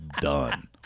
Done